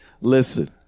Listen